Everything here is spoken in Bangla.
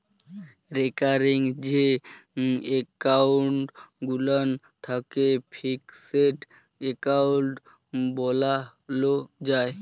রেকারিং যে এক্কাউল্ট গুলান থ্যাকে ফিকসেড এক্কাউল্ট বালালো যায়